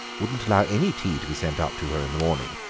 wouldn't allow any tea to be sent up to her in the morning,